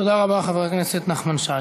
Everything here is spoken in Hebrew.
תודה רבה, חבר הכנסת נחמן שי.